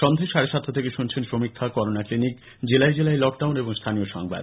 সন্ধে সাড়ে সাতটা থেকে শুনছেন সমীক্ষা করোনা ক্লিনিক জেলায় জেলায় লকডাউন এবং স্থানীয় সংবাদ